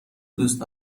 دوست